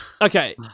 Okay